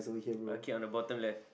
okay on the bottom left